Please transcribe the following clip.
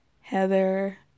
heather